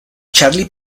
charlie